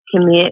commit